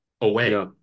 away